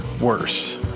worse